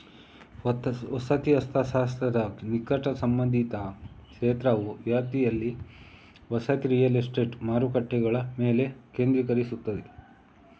ವಸತಿ ಅರ್ಥಶಾಸ್ತ್ರದ ನಿಕಟ ಸಂಬಂಧಿತ ಕ್ಷೇತ್ರವು ವ್ಯಾಪ್ತಿಯಲ್ಲಿ ವಸತಿ ರಿಯಲ್ ಎಸ್ಟೇಟ್ ಮಾರುಕಟ್ಟೆಗಳ ಮೇಲೆ ಕೇಂದ್ರೀಕರಿಸುತ್ತದೆ